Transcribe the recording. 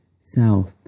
south